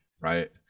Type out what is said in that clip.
right